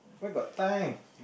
where got time